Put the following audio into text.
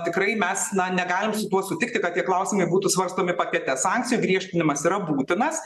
tikrai mes na negalim su tuo sutikti kad tie klausimai būtų svarstomi pakete sankcijų griežtinimas yra būtinas